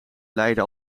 leidde